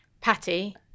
Patty